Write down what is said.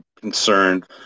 concerned